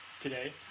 today